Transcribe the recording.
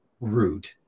rude